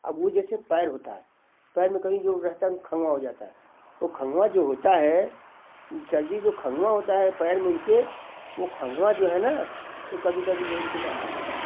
अब वो जैसे पैर होता है पैर में कहीं जो रहता है वो खंगवा हो जाता है वो खंगवा जो होता है चरजी जो खंगवा होता है पैर में उनके वो खंगवा जो है ना जो कभी कभी गोरू को मार डालता है